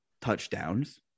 touchdowns